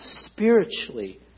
spiritually